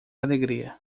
alegria